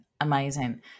Amazing